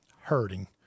Hurting